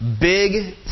big